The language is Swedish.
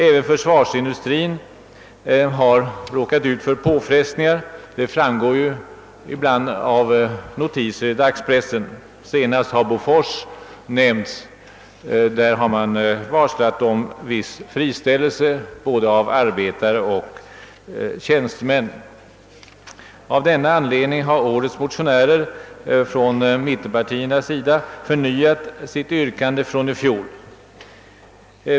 Även försvarsindustrin har råkat ut för påfrestningar, vilket ibland framgår av notiser i dagspressen. Senast har AB Bofors nämnts där det varslats om viss friställelse av både arbetare och tiänstemän. Av denna anledning har mittenpartimotionärerna i år förnyat sitt yrkande från i fjol.